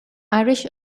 irish